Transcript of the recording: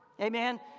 Amen